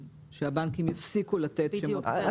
שהבנקים יפסיקו לתת מספרים כפולים.